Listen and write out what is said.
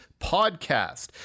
podcast